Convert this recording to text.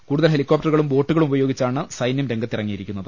കൂടുതൽ ഹെലികോപ്ടറുകളും ബോട്ടുകളും ഉപ യോഗിച്ചാണ് സൈന്യം രംഗത്തിറങ്ങിയിരിക്കുന്നത്